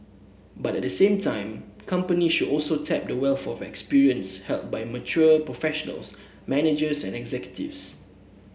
but the same time companies should also tap the wealth of experience held by mature professionals managers and executives